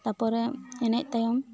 ᱛᱟᱯᱚᱨᱮ ᱮᱱᱮᱡ ᱛᱟᱭᱚᱢ